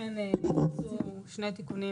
נעשו שני תיקונים